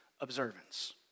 observance